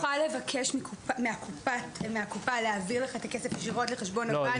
תוכל לבקש מהקופה להעביר לך את הכסף ישירות לחשבון הבנק על ידי ייזום?